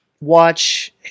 watch